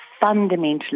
fundamentally